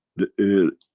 the air